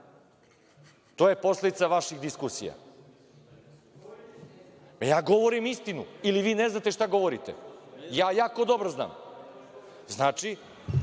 To je posledica vaših diskusija. Ja govorim istinu ili vi ne znate šta govorite. Ja jako dobro znam. Znači,